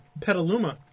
Petaluma